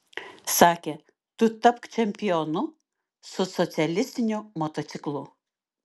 sakė tu tapk čempionu su socialistiniu motociklu